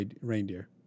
reindeer